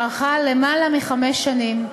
שארכה למעלה מחמש שנים,